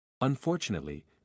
Unfortunately